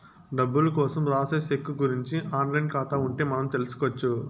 డబ్బులు కోసం రాసే సెక్కు గురుంచి ఆన్ లైన్ ఖాతా ఉంటే మనం తెల్సుకొచ్చు